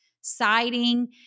siding